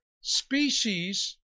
species